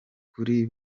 kuri